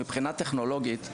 מבחינה טכנולוגית,